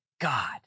God